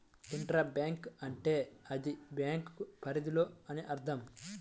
intra bank అంటే అదే bank పరిధిలో అని అర్థం